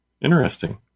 Interesting